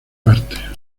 partes